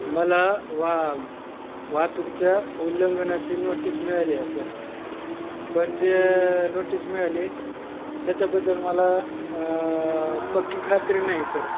मला वा वाहतूकीच्या उल्लंघनाची नोटीस मिळाली आहे सर पण जे नोटीस मिळाली त्याच्याबद्दल मला पक्की खात्री नाही सर